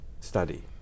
study